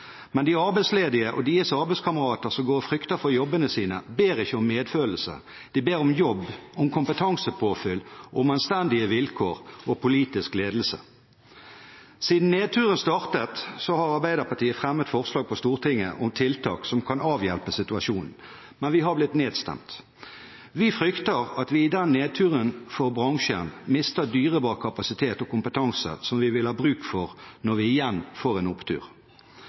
Men de arbeidsledige og deres arbeidskamerater som går og frykter for jobbene sine, ber ikke om medfølelse. De ber om jobb, om kompetansepåfyll, om anstendige vilkår og politisk ledelse. Siden nedturen startet, har Arbeiderpartiet fremmet forslag på Stortinget om tiltak som kan avhjelpe situasjonen, men vi har blitt nedstemt. Vi frykter at vi i denne nedturen for bransjen mister dyrebar kapasitet og kompetanse som vi vil ha bruk for når vi igjen får en opptur.